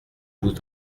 vous